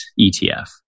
ETF